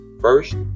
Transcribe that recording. first